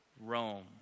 Rome